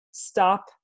stop